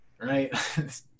right